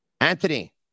Anthony